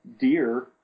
deer